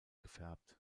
gefärbt